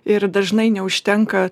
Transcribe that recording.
ir dažnai neužtenka